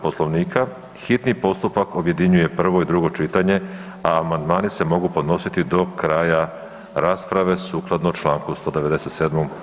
Poslovnika hitni postupak objedinjuje prvo i drugo čitanje, a amandmani se mogu podnositi do kraja rasprave sukladno članku 197.